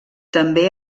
també